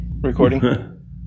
recording